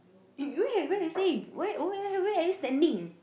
eh look at where you staying where where are you standing